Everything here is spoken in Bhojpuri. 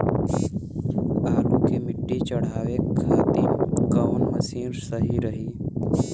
आलू मे मिट्टी चढ़ावे खातिन कवन मशीन सही रही?